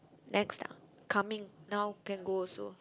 next ah coming now can go also